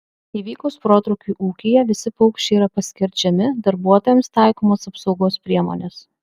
įvykus protrūkiui ūkyje visi paukščiai yra paskerdžiami darbuotojams taikomos apsaugos priemonės